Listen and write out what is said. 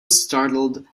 startled